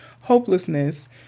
hopelessness